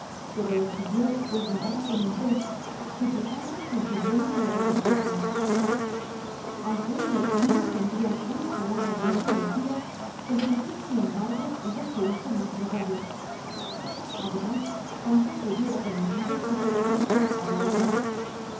pero los siguió pues nadaba como un pez suplicándoles en su idioma que lo recogiesen aunque ellos no entendian una palabra de jo que decia consintieron sin embargo y ya se hizo mas tratable además tampoco hubiera permitido que se le hubiese dejado ahogar